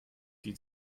die